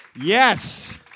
Yes